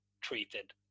treated